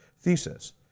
thesis